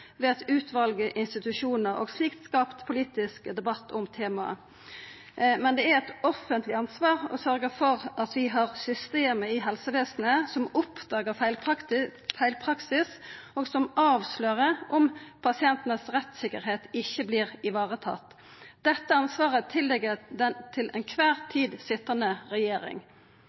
ved eit utval institusjonar og slik skapt politisk debatt om temaet. Men det er eit offentleg ansvar å sørgja for at vi har system i helsevesenet som oppdagar feilpraksis, og som avslører om rettstryggleiken til pasientane ikkje vert varetatt. Dette ansvaret ligg hos den til kvar tid sittande regjering.